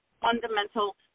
fundamental